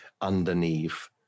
underneath